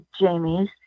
Jamie's